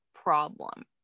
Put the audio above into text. problem